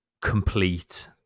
complete